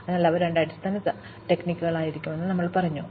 അതിനാൽ അവ രണ്ട് അടിസ്ഥാന തന്ത്രങ്ങളായിരിക്കുമെന്ന് ഞങ്ങൾ പറഞ്ഞു